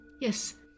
Yes